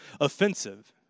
offensive